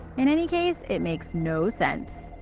in any case, it makes no sense.